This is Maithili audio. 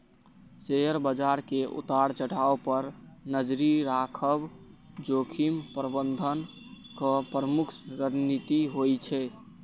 शेयर बाजार के उतार चढ़ाव पर नजरि राखब जोखिम प्रबंधनक प्रमुख रणनीति होइ छै